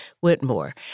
Whitmore